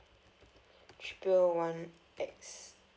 triple one X